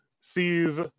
sees